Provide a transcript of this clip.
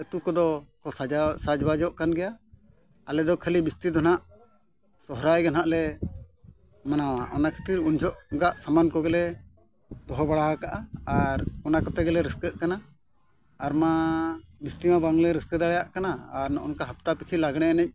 ᱟᱹᱛᱩ ᱠᱚᱫᱚ ᱠᱚ ᱥᱟᱡᱽ ᱵᱟᱡᱚᱜ ᱠᱟᱱ ᱜᱮᱭᱟ ᱟᱞᱮ ᱫᱚ ᱠᱷᱟᱹᱞᱤ ᱵᱤᱥᱛᱤ ᱫᱚ ᱦᱟᱸᱜ ᱥᱚᱦᱨᱟᱭ ᱜᱮ ᱦᱟᱸᱜ ᱞᱮ ᱢᱟᱱᱟᱣᱟ ᱚᱱᱟ ᱠᱷᱟᱹᱛᱤᱨ ᱩᱱ ᱡᱚᱦᱚᱜᱟᱜ ᱥᱟᱢᱟᱱ ᱠᱚᱜᱮᱞᱮ ᱫᱚᱦᱚ ᱵᱟᱲᱟ ᱠᱟᱜᱼᱟ ᱟᱨ ᱚᱱᱟ ᱠᱚᱛᱮ ᱜᱮᱞᱮ ᱨᱟᱹᱥᱠᱟᱹᱜ ᱠᱟᱱᱟ ᱟᱨ ᱢᱟ ᱵᱤᱥᱛᱤ ᱢᱟ ᱵᱟᱝᱞᱮ ᱨᱟᱹᱥᱠᱟᱹ ᱫᱟᱲᱮᱭᱟᱜ ᱠᱟᱱᱟ ᱟᱨ ᱱᱚᱜᱼᱚ ᱱᱚᱝᱠᱟ ᱦᱟᱯᱛᱟ ᱯᱤᱪᱷᱩ ᱞᱟᱜᱽᱬᱮ ᱮᱱᱮᱡ